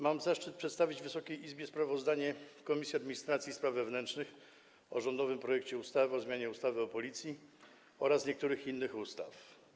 Mam zaszczyt przedstawić Wysokiej Izbie sprawozdanie Komisji Administracji i Spraw Wewnętrznych o rządowym projekcie ustawy o zmianie ustawy o Policji oraz niektórych innych ustaw.